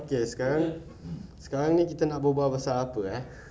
okay sekarang sekarang ni kita nak bebual pasal apa eh